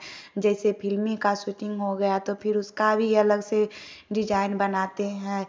जैसे से फिल्मी का सूटिंग हो गया तो फिर उसका भी अलग से डिजाईन बनाते हैं